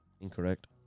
Incorrect